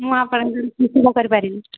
ମୁଁ ଆପଣଙ୍କର କି ସେବା କରିପାରିବି